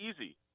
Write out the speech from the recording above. easy